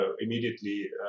immediately